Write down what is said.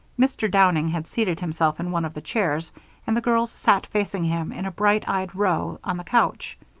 mr. downing had seated himself in one of the chairs and the girls sat facing him in a bright-eyed row on the couch.